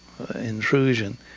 Intrusion